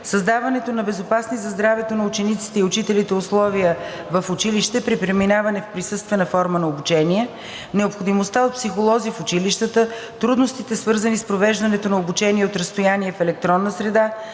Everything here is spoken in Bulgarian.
създаването на безопасни за здравето на учениците и учителите условия в училище при преминаване в присъствена форма на обучение; необходимостта от психолози в училищата; трудностите, свързани с провеждането на обучение от разстояние в електронна среда;